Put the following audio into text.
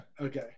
Okay